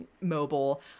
mobile